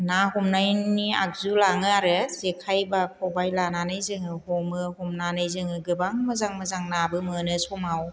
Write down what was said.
ना हमनायनि आगजु लाङो आरो जेखाइ बा खबाय लानानै जोङो हमो हमनानै जोङो गोबां मोजां मोजां नाबो मोनो समाव